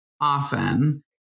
often